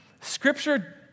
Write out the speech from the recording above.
Scripture